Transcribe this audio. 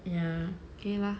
ya K lah